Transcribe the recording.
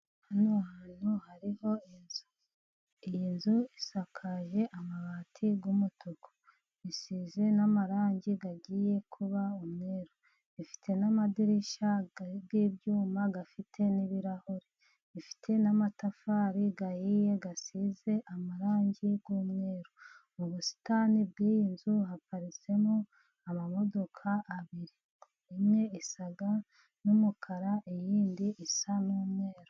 Hano hantu hariho inzu. Iyi nzu isakaje amabati y'umutuku. Isize n'amarangi agiye kuba umweru. Ifite n'amadirishya arimo ibyuma afite n'ibirahure. Ifite n'amatafari ahiye asize amarangi y'umweru. Mu busitani bw'iyi nzu haparitsemo amamodoka abiri. Imwe isa n'umukara, iyindi isa n'umweru.